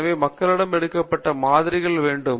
எனவே மக்களிடமிருந்து எடுக்கப்பட்ட மாதிரிகள் வேண்டும்